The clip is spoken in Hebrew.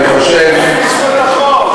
אני חושב, בזכות החוק.